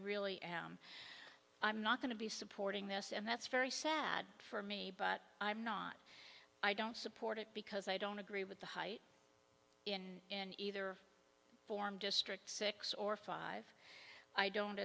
really am i'm not going to be supporting this and that's very sad for me but i'm not i don't support it because i don't agree with the height in either form district six or five i don't